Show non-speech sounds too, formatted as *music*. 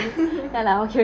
*laughs*